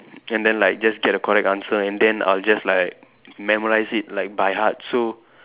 and then like just get the correct answer and then I'll just like memorise it like by heart so